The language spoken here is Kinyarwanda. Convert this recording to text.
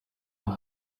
aha